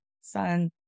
son